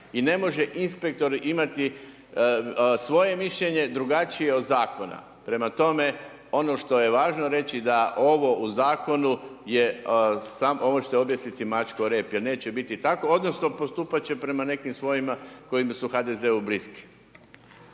i ne može inspektor imati svoje mišljenje drugačije od zakona. Prema tome, ono što je važno reći da ovo u zakonu je, ovo možete objesiti mačku o rep jer neće biti tako odnosno postupat će prema nekim svojim koji su HDZ-u bliski.